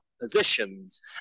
positions